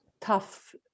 tough